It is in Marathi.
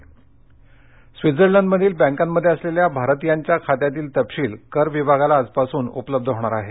खाती स्वित्झर्लंडमधील बँकांमध्ये असलेल्या भारतियांच्या खात्यातील तपशील कर विभागाला आजपासून उपलब्ध होणार आहे